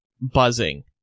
buzzing